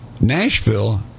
Nashville